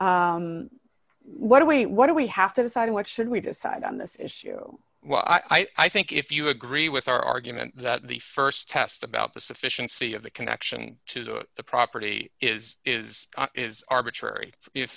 r what are we what do we have to decide what should we decide on this issue well i think if you agree with our argument that the st test about the sufficiency of the connection to the property is is is arbitrary if